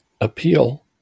appeal